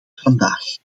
vandaag